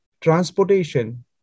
transportation